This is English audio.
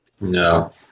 No